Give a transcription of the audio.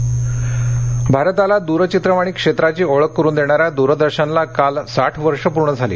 दरदर्शन भारताला द्रचित्रवाणी क्षेत्राची ओळख करून देणाऱ्या द्रदर्शनला काल साठ वर्षं पूर्ण झाली